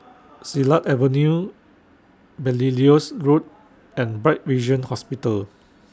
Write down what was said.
Silat Avenue Belilios Road and Bright Vision Hospital